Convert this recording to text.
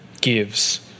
gives